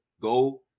go